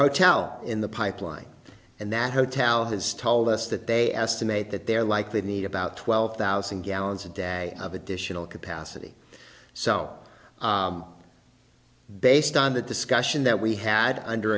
hotel in the pipeline and that hotel has told us that they estimate that they're like they need about twelve thousand gallons a day of additional capacity so based on the discussion that we had under